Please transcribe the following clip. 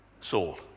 Saul